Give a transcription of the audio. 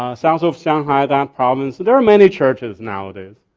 ah south so of shanghai, that province, there are many churches nowadays.